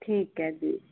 ਠੀਕ ਹੈ ਜੀ